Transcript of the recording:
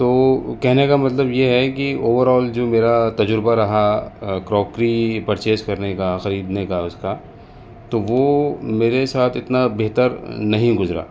تو کہنے کا مطلب یہ ہے کہ اوور آل جو میرا تجربہ رہا کروکری پرچیز کرنے کا خریدنے کا اس کا تو وہ میرے ساتھ اتنا بہتر نہیں گزرا